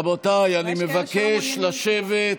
רבותיי, אני מבקש לשבת.